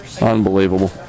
Unbelievable